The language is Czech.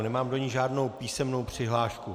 Nemám do ní žádnou písemnou přihlášku.